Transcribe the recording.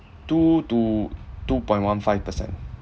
two to two point one five percent